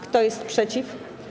Kto jest przeciw?